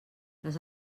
les